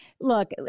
Look